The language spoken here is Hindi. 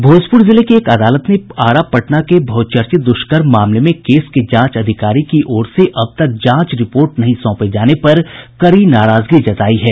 भोजपुर जिले की एक अदालत ने आरा पटना के बहुचर्चित दुष्कर्म मामले में केस के जांच अधिकारी की ओर से अब तक जांच रिपोर्ट नहीं सौंपे जाने पर कड़ी नाराजगी जतायी है